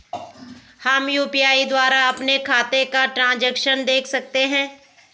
हम यु.पी.आई द्वारा अपने खातों का ट्रैन्ज़ैक्शन देख सकते हैं?